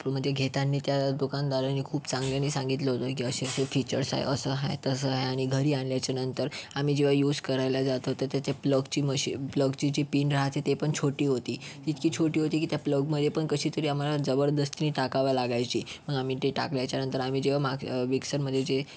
म्हणजे घेताना त्या दुकानदारांनी खूप चांगल्यानी सांगितलं होतं की असे असे फिचर्स आहेत असं आहे तसं आहे आणि घरी आणल्याच्यानंतर आम्ही जेव्हा युस करायला जात होतो तर ती प्लगची प्लगची जी पिन राहते ते पण छोटी होती इतकी छोटी होती की त्या प्लगमधे पण कशीतरी आम्हाला जबरदस्तीनं टाकावं लागायची आम्ही ती टाकल्याच्यानंतर आम्ही जेव्हा मा मिक्सरमध्ये जे